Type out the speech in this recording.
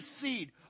seed